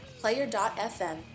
player.fm